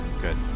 Good